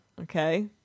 okay